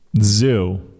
zoo